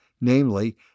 namely